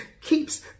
keeps